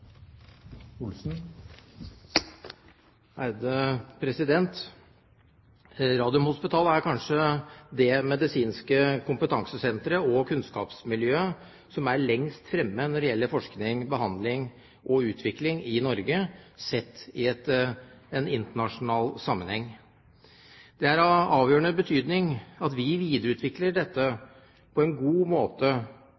kanskje det medisinske kompetansesenteret og kunnskapsmiljøet som er lengst fremme når det gjelder forskning, behandling og utvikling i Norge, sett i en internasjonal sammenheng. Det er av avgjørende betydning at vi videreutvikler dette